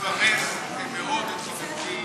אני מברך מאוד את חברתי